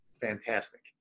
fantastic